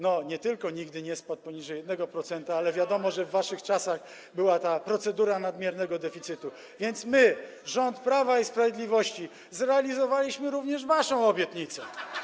Nie tylko nigdy nie spadł poniżej 1%, ale wiadomo, że w waszych czasach była procedura nadmiernego deficytu, więc my, rząd Prawa i Sprawiedliwości, zrealizowaliśmy również waszą obietnicę.